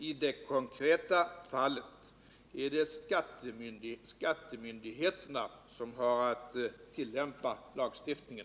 I de konkreta fallen är det skattemyndigheterna som har att tillämpa lagstiftningen.